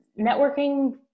networking